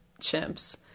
chimps